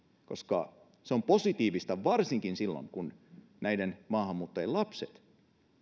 koska se on positiivista varsinkin silloin kun maahanmuuttajien lapset